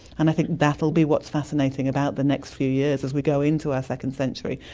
and i think that will be what is fascinating about the next few years as we go into our second century,